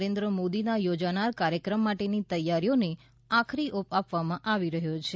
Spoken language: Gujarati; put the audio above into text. નરેન્દ્ર મોદીના યોજાનાર કાર્યક્રમ માટેની તૈયારીઓને આખરી ઓપ આપવામાં આવી રહ્યો છે